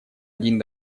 один